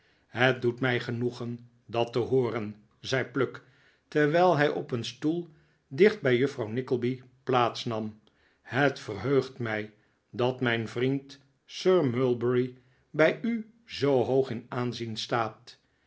het doet mij genoegen dat te hooren zei pluck terwijl hij op een stoel dicht bij juffrouw nickleby plaats nam het verheugt mij dat mijn vriend sir mulberry bij u zoo hoog in aanzien staat